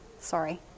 sorry